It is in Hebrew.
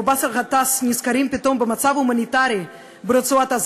באסל גטאס נזכרים פתאום במצב ההומניטרי ברצועת-עזה,